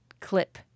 clip